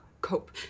cope